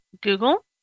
Google